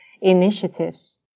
initiatives